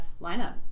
lineup